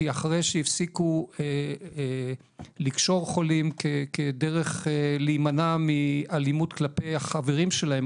כי אחרי שהפסיקו לקשור חולים כדרך להימנע מאלימות כלפי החברים שלהם,